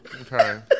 Okay